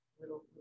little